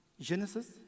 genesis